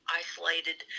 isolated